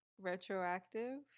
retroactive